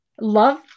love